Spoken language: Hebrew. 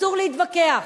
אסור להתווכח,